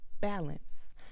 balance